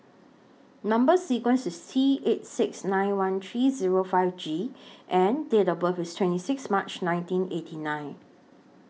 Number sequence IS T eight six nine one three Zero five G and Date of birth IS twenty six March nineteen eighty nine